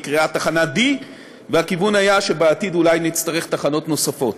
שנקראה תחנה D. הכיוון היה שבעתיד אולי נצטרך תחנות נוספות.